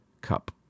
cup